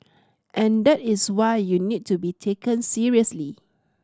and that is why you need to be taken seriously